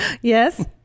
Yes